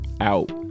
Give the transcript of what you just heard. out